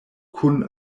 kun